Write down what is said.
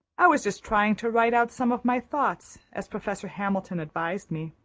i was just trying to write out some of my thoughts, as professor hamilton advised me,